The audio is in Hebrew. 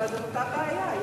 אבל זו אותה בעיה.